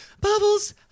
Bubbles